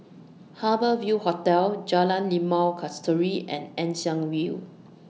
Harbour Ville Hotel Jalan Limau Kasturi and Ann Siang Hill